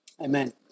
Amen